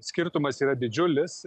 skirtumas yra didžiulis